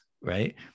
right